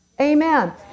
Amen